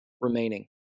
remaining